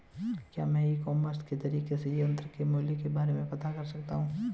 क्या मैं e commerce के ज़रिए कृषि यंत्र के मूल्य के बारे में पता कर सकता हूँ?